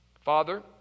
Father